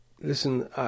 Listen